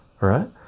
right